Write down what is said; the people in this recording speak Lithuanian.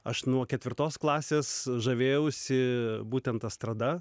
aš nuo ketvirtos klasės žavėjausi būtent estrada